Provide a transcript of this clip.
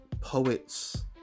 poets